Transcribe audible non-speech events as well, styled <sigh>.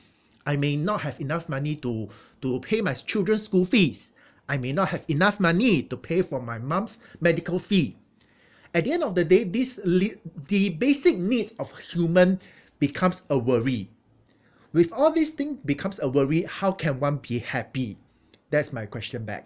I may not have enough money to <breath> to pay my children's school fees I may not have enough money to pay for my mum's <breath> medical fee at the end of the day this lead the basic needs of human <breath> becomes a worry with all these thing becomes a worry how can one be happy that's my question back